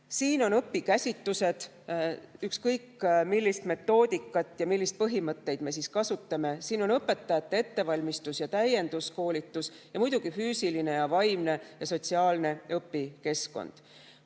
Siin on õpikäsitused, ükskõik millist metoodikat ja milliseid põhimõtteid me kasutame, siin on õpetajate ettevalmistus ja täienduskoolitus ja muidugi füüsiline ja vaimne ja sotsiaalne õpikeskkond.